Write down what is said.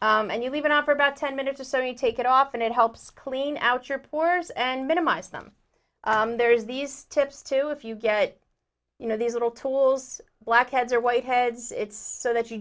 and you even after about ten minutes or so you take it off and it helps clean out your pores and minimize them there is these tips too if you get you know these little tools black heads or white heads it's so that you